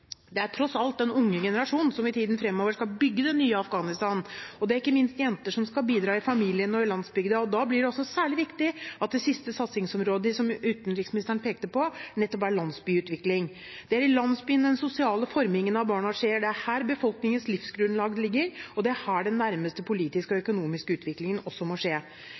Det er tross alt den unge generasjonen som i tiden fremover skal bygge det nye Afghanistan – ikke minst jenter som skal bidra i familiene og i landsbyene – og da blir det også særlig viktig at det siste satsingsområdet som utenriksministeren pekte på, nettopp er landsbyutvikling. Det er i landsbyen den sosiale formingen av barna skjer, det er her befolkningens livsgrunnlag ligger, og det er her den nærmeste politiske og økonomiske utviklingen også må skje.